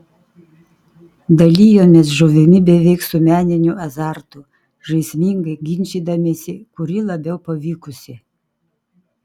dalijomės žuvimi beveik su meniniu azartu žaismingai ginčydamiesi kuri labiau pavykusi